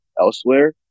elsewhere